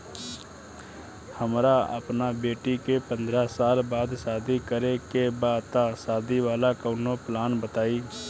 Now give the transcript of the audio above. हमरा अपना बेटी के पंद्रह साल बाद शादी करे के बा त शादी वाला कऊनो प्लान बताई?